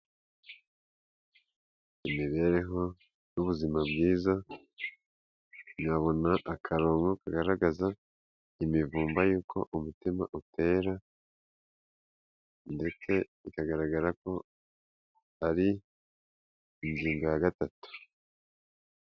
Imibereho y'ubuzima bwiza, yabona akarongo kagaragaza imivumba yuko umutima utera, ndetse bikagaragara ko ari ingingo ya gatatu.